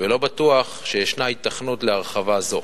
ולא בטוח שישנה היתכנות להרחבה זו.